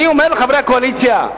אני אומר לחברי הקואליציה: